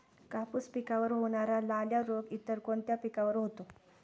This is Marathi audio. कापूस पिकावर होणारा लाल्या रोग इतर कोणत्या पिकावर होतो?